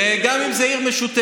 וגם אם זאת עיר משותפת,